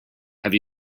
have